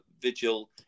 Vigil